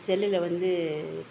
செல்லில் வந்து